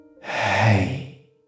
Hey